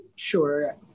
Sure